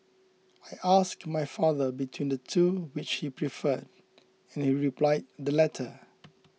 I asked my father between the two which he preferred and he replied the latter